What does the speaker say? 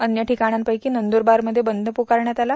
अन्य ठिकाणांपैकी नंद्रबारमध्ये बंद प्रकारण्यात आला